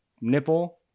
nipple